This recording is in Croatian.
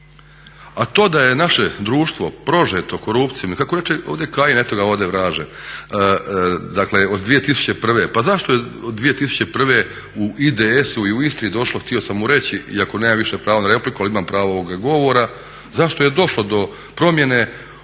A to da je naše društvo prožeto korupcijom, i kako reče ovdje Kajin, eto ga ode vraže, dakle od 2001. pa zašto od 2001. u IDS-u i u Istri došlo, htio sam mu reći iako nemam više pravo na repliku ali imamo pravo govora, zašto je došlo do promjene u toj